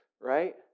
right